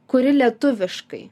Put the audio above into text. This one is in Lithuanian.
kuri lietuviškai